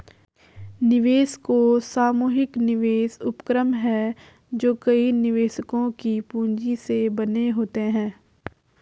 निवेश कोष सामूहिक निवेश उपक्रम हैं जो कई निवेशकों की पूंजी से बने होते हैं